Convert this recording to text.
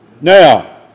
Now